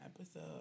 episode